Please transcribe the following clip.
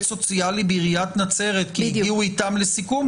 סוציאלי בעיריית נצרת כי הגיע איתם לסיכום,